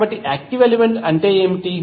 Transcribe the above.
కాబట్టి active element అంటే ఏమిటి